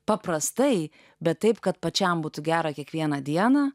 paprastai bet taip kad pačiam būtų gera kiekvieną dieną